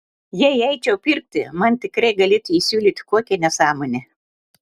jei eičiau pirkti man tikrai galėtų įsiūlyti kokią nesąmonę